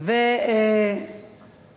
קדימה זה טוב, זה בסדר.